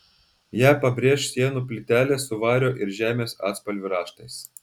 ją pabrėš sienų plytelės su vario ir žemės atspalvių raštais